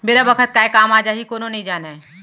बेरा बखत काय काम आ जाही कोनो नइ जानय